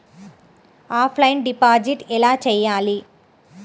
Offline deposit ఎలా చేయాలి?